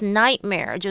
nightmare